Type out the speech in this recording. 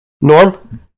Norm